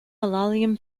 malayalam